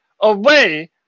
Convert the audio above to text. away